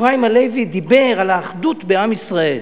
אפרים הלוי דיבר על האחדות בעם ישראל,